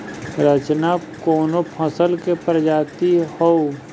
रचना कवने फसल के प्रजाति हयुए?